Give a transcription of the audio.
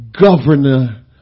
governor